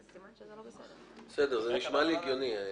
זה נשמע לי הגיוני.